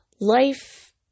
life